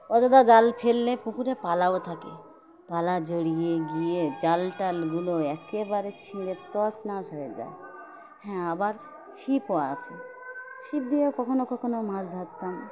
অযথা জাল ফেললে পুকুরে পালাও থাকে পালা জড়িয়ে গিয়ে জাল টালগুলো একেবারে ছিঁড়ে তছনছ হয়ে যায় হ্যাঁ আবার ছিপও আছে ছিপ দিয়েও কখনও কখনও মাছ ধরতাম